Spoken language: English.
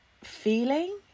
feeling